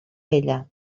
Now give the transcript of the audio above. ella